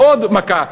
עוד מכה.